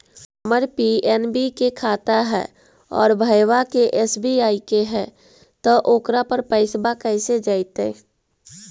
हमर पी.एन.बी के खाता है और भईवा के एस.बी.आई के है त ओकर पर पैसबा कैसे जइतै?